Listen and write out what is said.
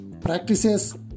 practices